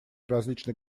различных